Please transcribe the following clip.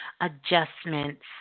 adjustments